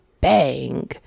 bang